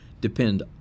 depend